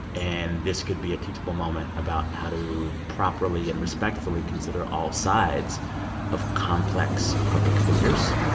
and this could be a teachable moment about how to properly and respectfully consider all sides of complex public figures.